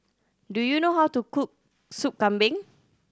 do you know how to cook Sup Kambing